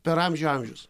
per amžių amžius